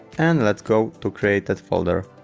and let's go to created folder